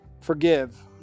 forgive